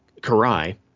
Karai